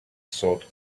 sword